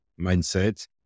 mindset